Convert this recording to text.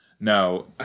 No